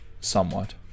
somewhat